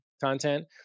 content